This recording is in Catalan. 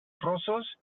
rossos